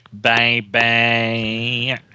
Baby